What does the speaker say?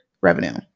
revenue